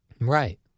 Right